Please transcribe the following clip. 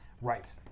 Right